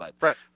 right